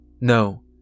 No